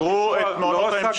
לא סגרו את "מלכישוע".